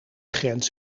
grens